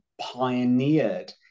pioneered